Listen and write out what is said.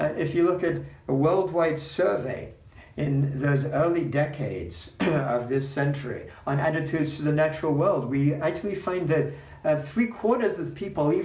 if you look at a worldwide survey in those early decades of this century on attitudes to the natural world, we actually find that three-quarters of people,